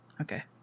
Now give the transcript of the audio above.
Okay